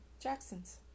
Jacksons